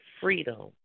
freedom